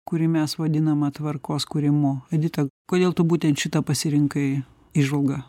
kurį mes vadinama tvarkos kūrimu edita kodėl tu būtent šitą pasirinkai įžvalgą